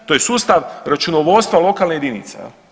To je sustav računovodstva lokalnih jedinica jel.